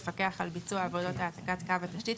לפקח על ביצוע עבודות העתקת קו התשתית,